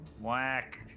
Whack